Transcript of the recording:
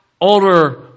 older